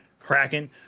Kraken